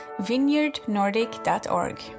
vineyardnordic.org